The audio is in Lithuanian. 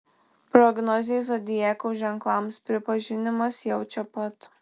prognozė zodiako ženklams pripažinimas jau čia pat